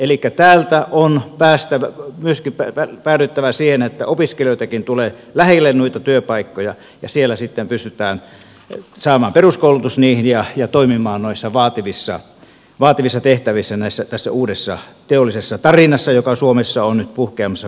elikkä täältä on myöskin päädyttävä siihen että opiskelijoitakin tulee lähelle noita työpaikkoja ja siellä sitten pystytään saamaan peruskoulutus niihin ja toimimaan noissa vaativissa tehtävissä tässä uudessa teollisessa tarinassa joka suomessa on nyt puhkeamassa kukkaan